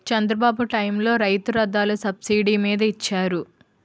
చంద్రబాబు టైములో రైతు రథాలు సబ్సిడీ మీద ఇచ్చారు